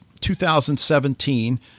2017